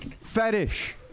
fetish